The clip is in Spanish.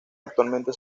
actualmente